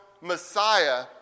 Messiah